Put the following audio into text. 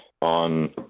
on